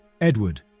Edward